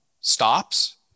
stops